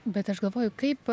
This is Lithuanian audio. bet aš galvoju kaip